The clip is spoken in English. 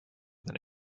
than